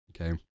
okay